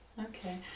Okay